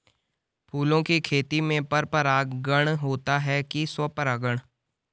फूलों की खेती में पर परागण होता है कि स्वपरागण?